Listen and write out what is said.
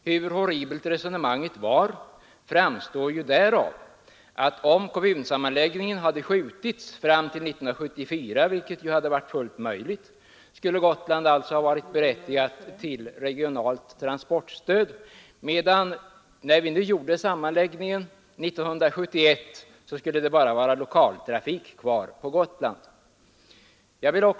Hur horribelt resonemanget var framgår därav att om kommunsammanläggningen hade skjutits fram till 1974, vilket hade varit fullt möjligt, skulle Gotland ha varit berättigat till regionalt transportstöd, men när vi nu gjorde sammanläggningen 1971 skulle det bara finnas lokaltrafik kvar.